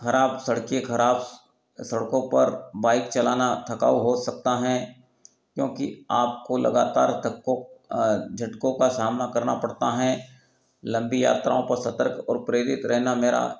खराब सड़कें खराब सड़कों पर बाइक चलाना थकाऊ हो सकता हैं क्योंकि आपको लगातार थक्कों झटकों का सामना करना पड़ता हैं लम्बी यात्राओं पर सतर्क और प्रेरित रहना मेरा